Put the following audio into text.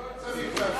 לא צריך להשיב.